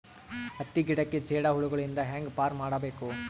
ಹತ್ತಿ ಗಿಡಕ್ಕೆ ಜೇಡ ಹುಳಗಳು ಇಂದ ಹ್ಯಾಂಗ್ ಪಾರ್ ಮಾಡಬೇಕು?